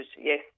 Yes